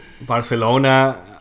Barcelona